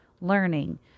learning